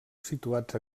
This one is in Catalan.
situats